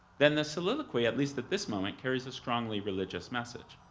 then the soliloquy, at least at this moment carries a strongly religious message.